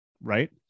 right